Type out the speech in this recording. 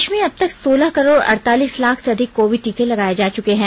देश में अब तक सोलह करोड अड़तालीस लाख से अधिक कोविड टीके लगाये जा च्रके हैं